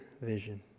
vision